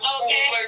okay